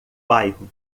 bairro